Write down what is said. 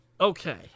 okay